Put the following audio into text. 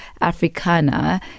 Africana